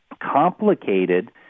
complicated